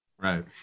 Right